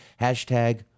Hashtag